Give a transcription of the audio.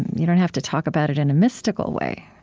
you don't have to talk about it in a mystical way